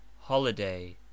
holiday